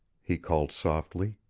he called softly.